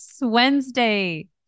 Wednesday